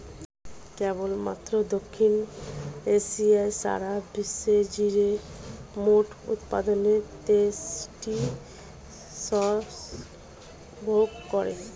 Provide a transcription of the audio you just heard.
কেবলমাত্র দক্ষিণ এশিয়াই সারা বিশ্বের জিরের মোট উৎপাদনের তেষট্টি শতাংশ ভোগ করে